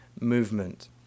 movement